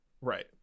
Right